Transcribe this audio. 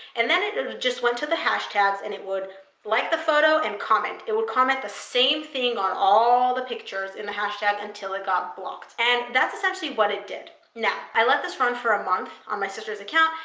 and then it just went to the hashtags, and it would like the photo and comment. it would comment the same thing on all the pictures in the hashtag until it got blocked. and that's essentially what it did. now, i let this run for a month on my sister's account,